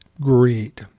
greed